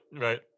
Right